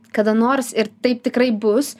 kada nors ir taip tikrai bus